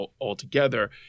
altogether